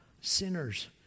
sinners